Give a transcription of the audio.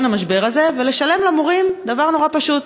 המשבר הזה ולשלם למורים דבר נורא פשוט,